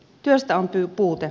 työstä on puute